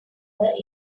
were